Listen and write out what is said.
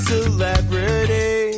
Celebrity